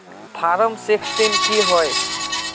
Form sixteen की होय?